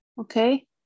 okay